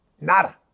nada